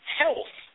health